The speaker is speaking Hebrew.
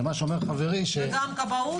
ומה שאומר חברי --- גם כבאות?